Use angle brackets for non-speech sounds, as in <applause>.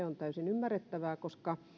<unintelligible> on täysin ymmärrettävää koska